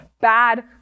bad